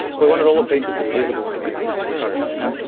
we wanted all the features to be visible in the um in the cut page.